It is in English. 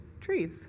trees